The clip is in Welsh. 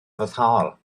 foddhaol